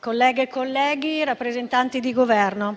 colleghe e colleghi, rappresentanti del Governo,